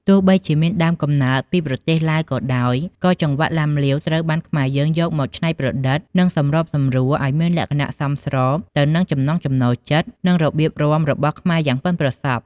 ទោះបីជាមានដើមកំណើតពីប្រទេសឡាវក៏ដោយ ក៏ចង្វាក់ឡាំលាវត្រូវបានខ្មែរយើងយកមកច្នៃប្រឌិត និងសម្របសម្រួលឲ្យមានលក្ខណៈសមស្របទៅនឹងចំណង់ចំណូលចិត្ត និងរបៀបរាំរបស់ខ្មែរយ៉ាងប៉ិនប្រសប់។